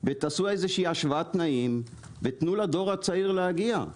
ותעשו איזה שהיא השוואת תנאים ותנו לדור הצעיר להגיע.